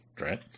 right